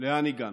לאן הגענו.